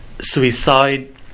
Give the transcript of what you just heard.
suicide